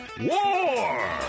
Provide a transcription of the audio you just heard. WAR